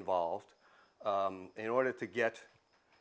involved in order to get